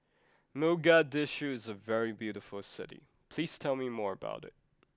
Mogadishu is a very beautiful city please tell me more about it